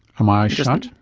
are my eyes shut?